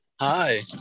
Hi